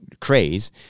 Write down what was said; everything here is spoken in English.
craze